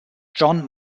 john